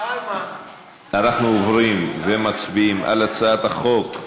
אנחנו עוברים ומצביעים על הצעת החוק,